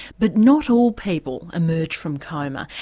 but not all people emerge from coma,